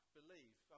believe